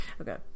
okay